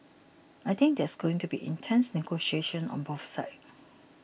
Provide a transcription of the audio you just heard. I think there is going to be intense negotiations on both sides